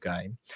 game